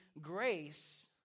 grace